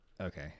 Okay